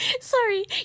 Sorry